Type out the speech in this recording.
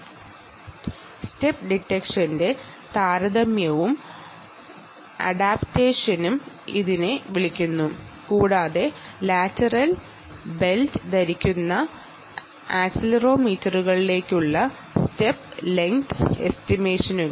comparative adaptation of step detection and step length estimates to accelerometer എന്ന paper ലഭ്യമാണ്